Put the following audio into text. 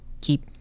keep